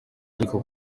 ariko